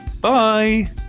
bye